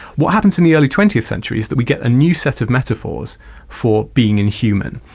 what happens in the early twentieth century is that we get a new set of metaphors for being inhuman.